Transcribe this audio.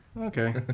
Okay